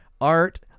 art